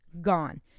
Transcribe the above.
gone